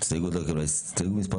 הסתייגות מספר